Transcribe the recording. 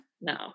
No